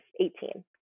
18